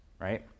right